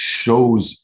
shows